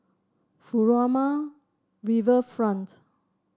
Furama Riverfront